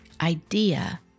idea